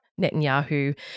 Netanyahu